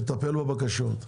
לטפל בבקשות,